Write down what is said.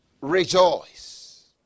rejoice